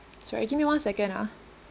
sorry give me one second ah